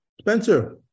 Spencer